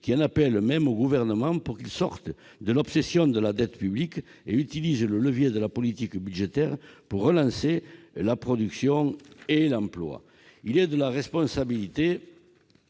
qui appelle même le Gouvernement à sortir de l'obsession de la dette publique et à utiliser le levier de la politique budgétaire pour relancer la production et l'emploi. Il est de la responsabilité